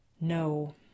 No